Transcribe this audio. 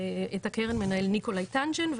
את הקרן מנהל ניקולאי טנג'ן.